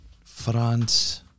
France